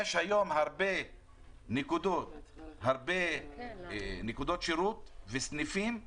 יש היום הרבה נקודות שירות וסניפים שנסגרים,